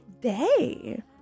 day